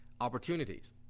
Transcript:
opportunities